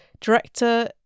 director